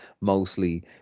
mostly